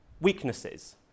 weaknesses